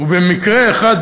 ובמקרה אחד,